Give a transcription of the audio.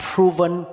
Proven